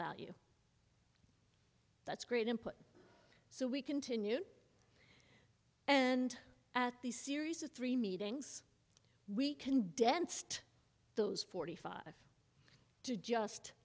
value that's great input so we continued and at these series of three meetings we condensed those forty five to just